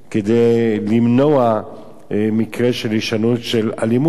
כדי למנוע הישנות של מקרי אלימות,